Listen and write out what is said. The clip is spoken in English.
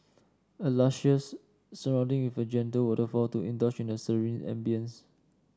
a luscious surrounding with a gentle waterfall to indulge a serene ambience